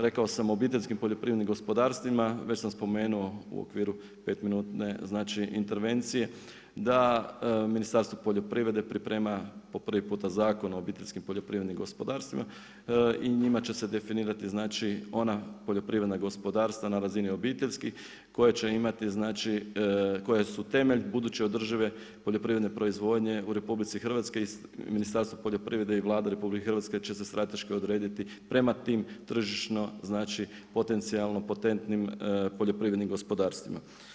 Rekao sam obiteljskim poljoprivrednim gospodarstvima, već sam spomenuo u okviru 5 minutne intervencije, da Ministarstvo poljoprivrede priprema po prvi puta zakon o obiteljskim poljoprivrednim gospodarstvima i njima će se definirati ona poljoprivredna gospodarstva na razini obiteljski koje će imati znači, koje su temelj buduće održive poljoprivredne proizvodnji u RH i Ministarstva poljoprivrede i Vlada RH će se strateško odrediti prema tim tržišno potencijalno potentnim poljoprivrednim gospodarstvima.